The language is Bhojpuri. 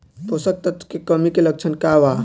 पोषक तत्व के कमी के लक्षण का वा?